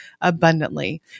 abundantly